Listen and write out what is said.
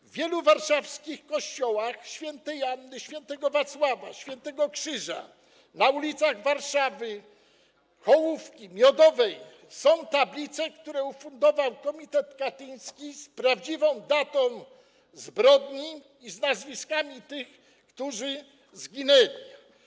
W wielu warszawskich kościołach: św. Anny, św. Wacława, św. Krzyża i na ulicach Warszawy, np. Hołówki, Miodowej, są tablice, które ufundował Komitet Katyński, z prawdziwą datą zbrodni i z nazwiskami tych, którzy zginęli.